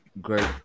Great